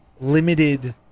limited